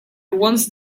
once